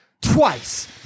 twice